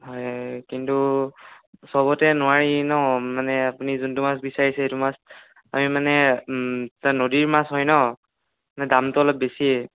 হয় কিন্তু সবতে নোৱাৰি ন' মানে আপুনি যোনটো মাছ বিচাৰিছে সেইটো মাছ আমি মানে নদীৰ মাছ হয় ন' মানে দামটো অলপ বেছিয়ে